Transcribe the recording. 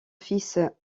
fils